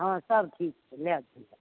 हँ सब ठीक छै लए जइहो